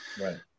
Right